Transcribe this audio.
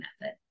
method